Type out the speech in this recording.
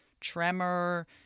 tremor